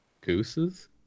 Gooses